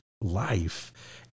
life